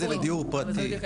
זה לדיור פרטי.